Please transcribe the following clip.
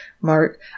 mark